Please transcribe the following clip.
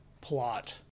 plot